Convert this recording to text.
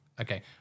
okay